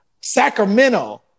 Sacramento